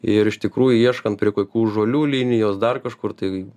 ir iš tikrųjų ieškant prie kokių žolių linijos dar kažkur tai